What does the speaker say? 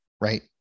right